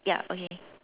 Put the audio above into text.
ya okay